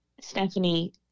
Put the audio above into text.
Stephanie